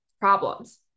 problems